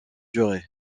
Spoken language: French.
durée